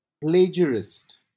Plagiarist